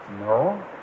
No